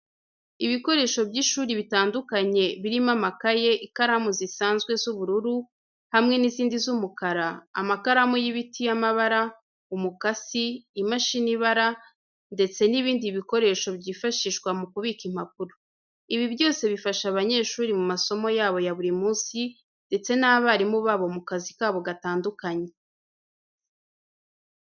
Ibikoresho by’ishuri bitandukanye birimo amakaye, ikaramu zisanzwe z'ubururu hamwe n'izindi z'umukara, amakaramu y'ibiti y’amabara, umukasi, imashini ibara ndetse n’ibindi bikoresho byifashishwa mu kubika impapuro. Ibi byose bifasha abanyeshuri mu masomo yabo ya buri munsi ndetse n’abarimu babo mu kazi kabo gatandukanye.